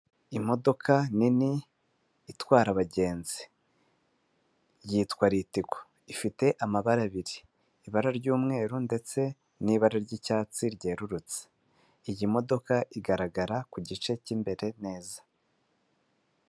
Imodoka nini itwara abagenzi yitwa litiko, ifite amabara abiri; ibara ry'umweru ndetse n'ibara ry'icyatsi ryerurutse. Iyi modoka igaragara ku gice cy'imbere neza.